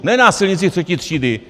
Ne na silnici třetí třídy!